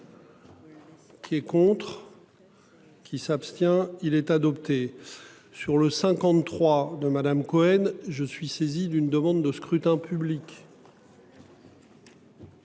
Qui est contre. Qui s'abstient il est adopté. Sur le 53 de Madame Cohen. Je suis saisi d'une demande de scrutin public.